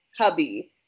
Hubby